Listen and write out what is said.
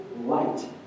light